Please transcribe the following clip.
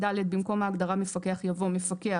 (ד) במקום ההגדרה "מפקח" יבוא: "מפקח"